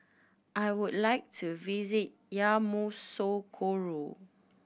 I would like to visit Yamoussoukro